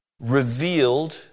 revealed